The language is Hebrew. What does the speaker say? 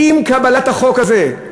עם קבלת החוק הזה,